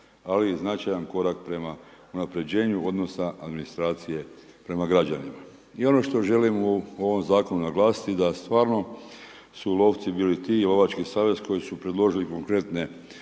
Ali i značajan korak prema unapređenju odnosa administracije prema građanima. I ono što želim u ovom zakonu naglasiti, da stvarno su lovci bili ti, lovački savez koji su predložili konkretne